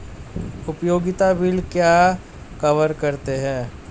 उपयोगिता बिल क्या कवर करते हैं?